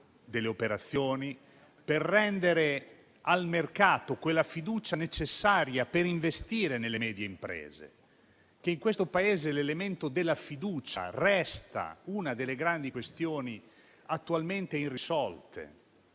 delle operazioni, per rendere al mercato la fiducia necessaria per investire nelle medie imprese. In questo Paese l'elemento della fiducia resta una delle grandi questioni attualmente irrisolte,